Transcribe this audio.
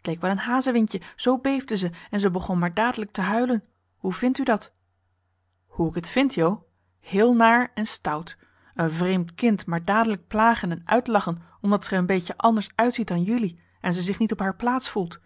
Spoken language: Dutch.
t leek wel een hazewindje zoo beefde ze en ze begon maar dadelijk te huilen hoe vindt u dat hoe ik t vind jo heel naar en stout een vreemd kind maar dadelijk plagen en uitlachen omdat ze er een beetje anders uitziet dan jullie en ze zich niet op haar plaats voelt